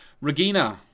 Regina